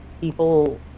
People